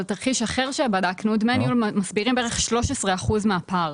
אבל תרחיש אחר שבדקנו דמי ניהול מסבירים בערך 13% מהפער.